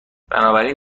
بنابراین